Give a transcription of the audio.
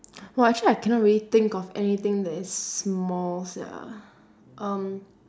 !wah! I actually cannot really thing of anything that is small sia um